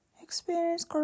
Experience